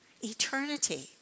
Eternity